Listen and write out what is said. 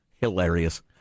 Hilarious